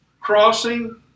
crossing